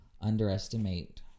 underestimate